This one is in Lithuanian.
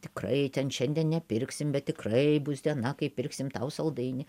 tikrai ten šiandien nepirksim bet tikrai bus diena kai pirksim tau saldainį